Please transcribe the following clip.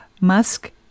Musk